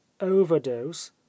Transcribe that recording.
overdose